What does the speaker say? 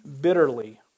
bitterly